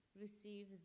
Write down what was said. receive